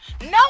No